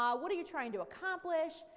um what are you trying to accomplish?